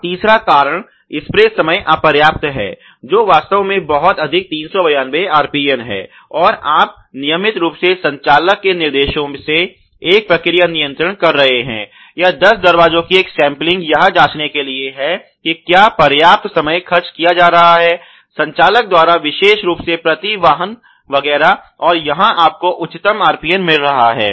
और तीसरा कारण स्प्रे समय अपर्याप्त है जो वास्तव में बहुत अधिक 392 RPN है और आप नियमित रूप से संचालक के निर्देशों से एक प्रक्रिया नियंत्रण कर रहे हैं या दस दरवाजों की एक सैंपलिंग यह जांचने के लिए है कि क्या पर्याप्त समय खर्च किया जा रहा है संचालक द्वारा विशेष रूप से प्रति वाहन वगैरह और यहां आपको उच्चतम RPN मिल रहा है